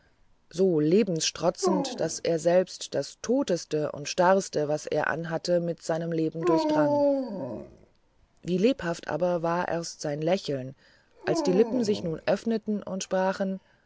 so lebenstrotzend daß er selbst das toteste und starrste was er anhatte mit seinem leben durchdrang wie lebhaft war aber erst sein lächeln als die lippen sich nun öffneten und sprachen